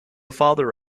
father